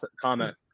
comment